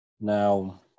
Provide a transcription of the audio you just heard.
Now